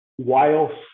Whilst